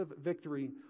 victory